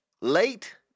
Late